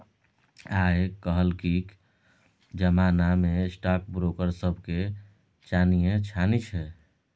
आय काल्हिक जमाना मे स्टॉक ब्रोकर सभके चानिये चानी छै